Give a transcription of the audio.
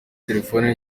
telefone